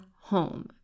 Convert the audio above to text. home